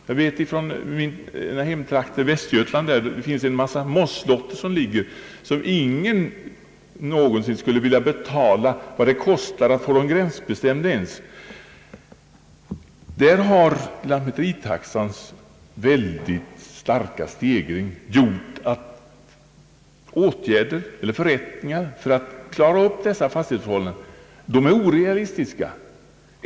Jag vet från mina hemtrakter i Västergötland att det finns en mängd mosslotter, för vilka ingen någonsin skulle vilja betala vad det kostar att ens gränsbestämma dem. Lantmäteritaxans väldigt starka stegring har gjort att förrättningar för att klara upp dessa fastighetsförhållanden är orealistiska.